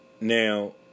Now